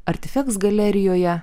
artifeks galerijoje